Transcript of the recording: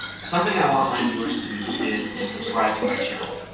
something i want my viewers to do is to subscribe to my channel,